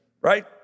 Right